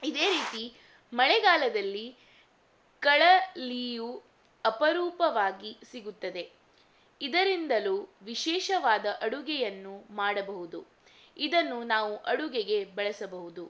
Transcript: ಇದೇ ರೀತಿ ಮಳೆಗಾಲದಲ್ಲಿ ಕಳಲೀಯು ಅಪರೂಪವಾಗಿ ಸಿಗುತ್ತದೆ ಇದರಿಂದಲೂ ವಿಶೇಷವಾದ ಅಡುಗೆಯನ್ನು ಮಾಡಬಹುದು ಇದನ್ನು ನಾವು ಅಡುಗೆಗೆ ಬಳಸಬಹುದು